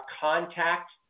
contact